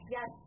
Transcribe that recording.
Yes